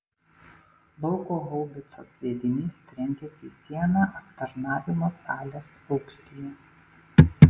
lauko haubicos sviedinys trenkėsi į sieną aptarnavimo salės aukštyje